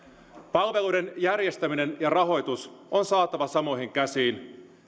palveluiden järjestäminen ja rahoitus on saatava samoihin käsiin